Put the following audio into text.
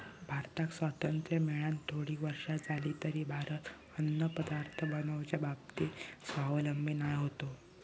भारताक स्वातंत्र्य मेळान थोडी वर्षा जाली तरी भारत अन्नपदार्थ बनवच्या बाबतीत स्वावलंबी नाय होतो